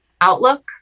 outlook